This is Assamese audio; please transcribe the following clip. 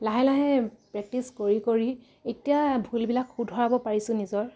লাহে লাহে প্ৰেক্টিছ কৰি কৰি এতিয়া ভুলবিলাক শুধৰাব পাৰিছোঁ নিজৰ